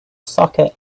socket